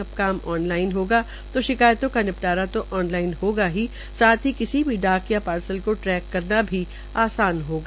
अब काम online होगा तो शिकायतो का निपटारा तो ऑन लाइन होगा ही साथ ही किसी की डाक पार्सल को ट्रैक करना भी आसान होगा